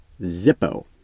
Zippo